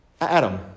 Adam